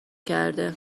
کرده